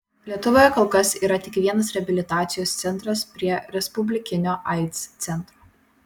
lietuvoje kol kas yra tik vienas reabilitacijos centras prie respublikinio aids centro